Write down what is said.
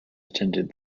attended